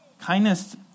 Kindness